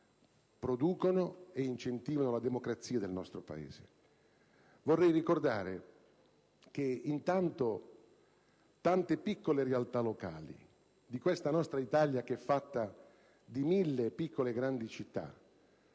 producono ed incentivano la democrazia nel nostro Paese. Vorrei intanto ricordare che molte piccole realtà locali di questa nostra Italia, fatta di mille piccole e grandi città,